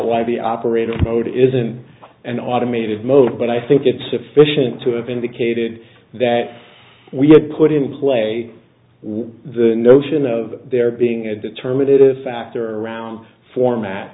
why the operator mode isn't an automated mode but i think it's sufficient to have indicated that we had put in play with the notion of there being a determinative factor around format